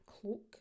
cloak